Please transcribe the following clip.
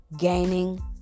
Gaining